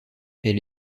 elle